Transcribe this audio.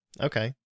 Okay